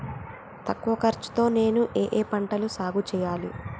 తక్కువ ఖర్చు తో నేను ఏ ఏ పంటలు సాగుచేయాలి?